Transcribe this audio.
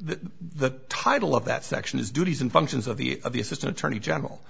the title of that section is duties and functions of the of the assistant attorney general